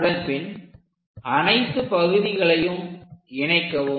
அதன்பின் அனைத்து பகுதிகளையும் இணைக்கவும்